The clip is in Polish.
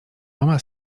mama